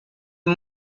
the